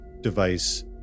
device